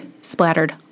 splattered